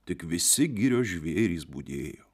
tik visi girios žvėrys budėjo